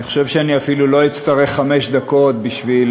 אני חושב שאני אפילו לא אצטרך חמש דקות בשביל